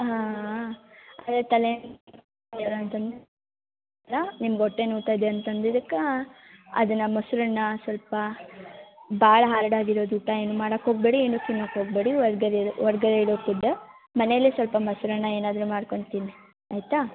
ಹಾಂ ಅದೇ ತಲೆ ನೋವು ಅಂತಂದರೆ ರಾ ನಿಮಗೆ ಹೊಟ್ಟೆ ನೋಯ್ತಿದೆ ಅಂದಿದಕ್ಕಾ ಅದನ್ನ ಮೊಸರನ್ನ ಸ್ವಲ್ಪ ಭಾಳ ಹಾರ್ಡ್ ಆಗಿರೋದು ಊಟ ಏನು ಮಾಡಾಕೆ ಹೋಗಬೇಡಿ ಏನು ತಿನ್ನೋಕೆ ಹೋಗ್ಬೇಡಿ ಹೊರ್ಗಡೆದು ಹೊರ್ಗಡೆ ಇಡೋ ಫುಡ್ ಮನೇಲೇ ಸ್ವಲ್ಪ ಮೊಸರನ್ನ ಏನಾದರು ಮಾಡ್ಕೊಂಡು ತಿನ್ನಿ ಆಯಿತಾ